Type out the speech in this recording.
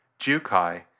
Jukai